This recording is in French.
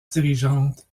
dirigeantes